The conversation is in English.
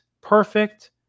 perfect